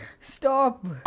stop